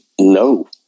no